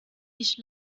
ich